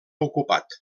ocupat